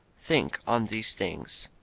think on these things.